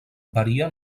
varia